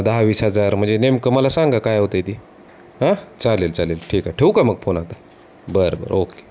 दहा वीस हजार म्हणजे नेमकं मला सांगा काय होत आहे ते हां चालेल चालेल ठीक आहे ठेवू का मग फोन आता बरं बरं ओके